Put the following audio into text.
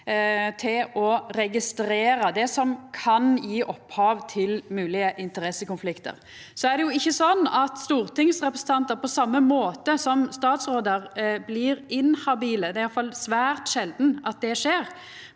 til å registrera det som kan gje opphav til moglege interessekonfliktar. Det er ikkje sånn at stortingsrepresentantar på same måten som statsrådar blir inhabile, det er iallfall svært sjeldan at det skjer,